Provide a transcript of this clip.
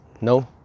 No